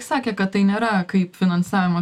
sakė tai kad tai nėra kaip finansavimo